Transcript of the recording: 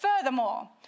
Furthermore